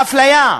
האפליה,